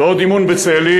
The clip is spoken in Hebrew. ועוד אימון בצאלים,